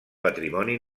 patrimoni